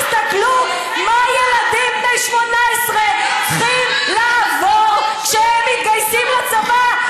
תסתכלו מה ילדים בני 18 צריכים לעבור כשהם מתגייסים לצבא,